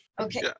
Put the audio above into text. Okay